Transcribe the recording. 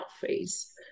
phase